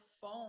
phone